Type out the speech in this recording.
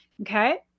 Okay